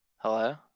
Hello